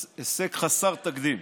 הישג חסר תקדים.